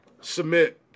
submit